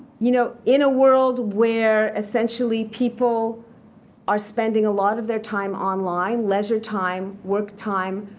you know in a world where, essentially, people are spending a lot of their time online, leisure time, work time,